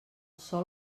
sol